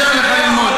כדאי לך ללמוד.